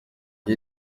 iyi